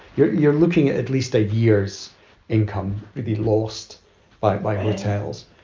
you're you're looking at at least a year's income really lost by by hotels.